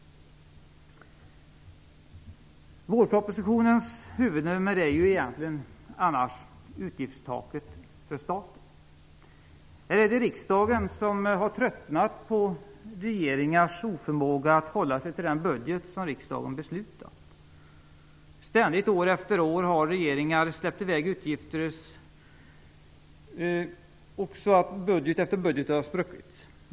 Vårpropositionens huvudnummer är egentligen utgiftstaket för staten. Här är det riksdagen som har tröttnat på regeringars oförmåga att hålla sig till den budget som riksdagen beslutat om. Ständigt, år efter år, har regeringar släppt i väg utgifter så att budget efter budget har spruckit.